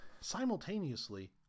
simultaneously